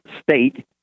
state